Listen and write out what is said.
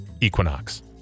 equinox